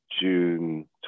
June